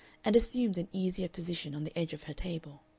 and assumed an easier position on the edge of her table.